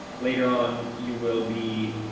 later on you will be,